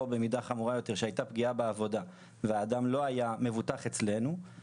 או במידה חמורה יותר שהיתה פגיעה בעבודה והאדם לא היה מבוטח אצלנו,